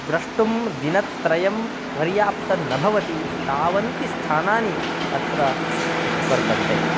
द्रष्टुं दिनत्रयं पर्याप्तं न भवति तावन्ति स्थानानि अत्र वर्तन्ते